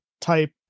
type